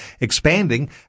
expanding